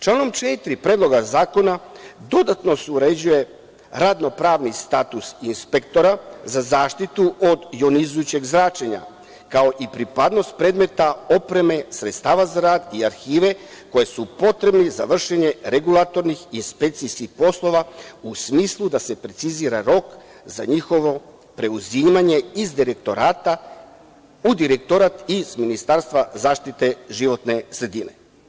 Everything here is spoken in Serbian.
Članom 4. Predloga zakona dodatno se uređuje radnopravni status inspektora za zaštitu od jonizujućeg zračenja, kao i pripadnost predmeta opreme sredstava za rad i arhive koje su potrebne za vršenje regulatornih i inspekcijskih poslova u smislu da se precizira rok za njihovo preuzimanje iz direktorata u direktorat iz Ministarstva zaštite životne sredine.